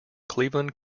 cleveland